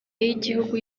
y’igihugu